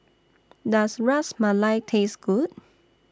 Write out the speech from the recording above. Does Ras Malai Taste Good